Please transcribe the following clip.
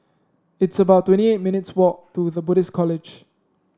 it's about twenty eight minutes' walk to The Buddhist College